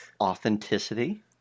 authenticity